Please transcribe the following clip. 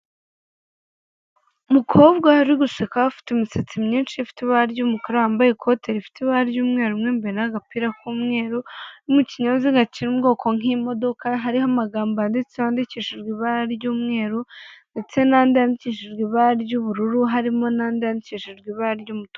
Umukobwa wari gusuka ufite imisatsi myinshi ifite ibara ry'umukara wambaye ikote rifite ibara ry'umweru mo imbere n'agapira k'umweru uri mu kinyabiziga kiri mu bwoko nk'imodoka hariho amagambo yanditse yandikishijwe ibara ry'umweru ndetse n'andi yandikishijwe ibara ry'ubururu harimo n'andi yandikishijwe ibara ry'umutuku.